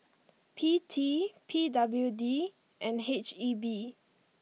P T P W D and H E B